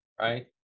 right